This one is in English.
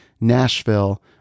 Nashville